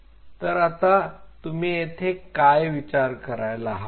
तर आता तुम्ही येथे काय विचार करायला हवा